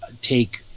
take